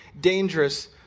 dangerous